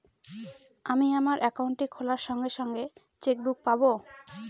আমি আমার একাউন্টটি খোলার সঙ্গে সঙ্গে চেক বুক পাবো?